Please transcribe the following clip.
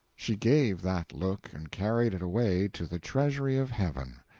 she gave that look, and carried it away to the treasury of heaven,